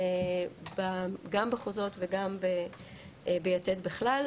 גם ב --- וגם ב"יתד" בכלל.